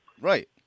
Right